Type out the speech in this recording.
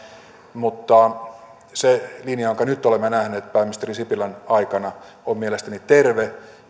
vaan se linja jonka nyt olemme nähneet pääministeri sipilän aikana on mielestäni terve